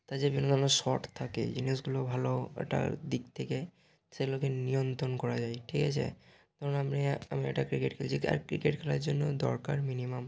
তার যে বিভিন্ন ধরনের শট থাকে জিনিসগুলো ভালো ওটার দিক থেকে সেগুলোকে নিয়ন্ত্রণ করা যায় ঠিক আছে ধরুন আপনি আমি একটা ক্রিকেট খেলছি আর ক্রিকেট খেলার জন্য দরকার মিনিমাম